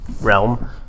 realm